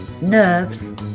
nerves